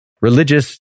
religious